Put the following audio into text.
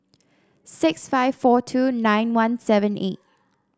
six five four two nine one seven eight